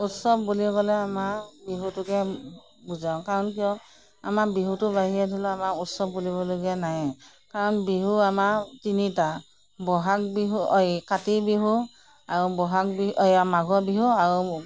উৎসৱ বুলিবলৈ আমাৰ বিহুটোকে বুজাও কাৰণ কিয় আমাৰ বিহুটোৰ বাহিৰে ধৰি লওঁক আমাৰ উৎসৱ বুলিবলগীয়া নাইয়ে কাৰণ বিহু আমাৰ তিনিটা বহাগ বিহু অঁ এই কাতি বিহু আৰু এই বহাগ বিহু এইয়া মাঘৰ বিহু আৰু